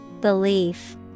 Belief